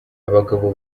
abagabo